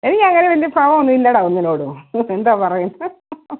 ഇല്ല അങ്ങനെ വലിയ ഭാവമൊന്നും ഇല്ലടാ ഒന്നിനോടും എന്താപറയുന്നത്